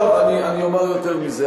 עכשיו אני אומר יותר מזה.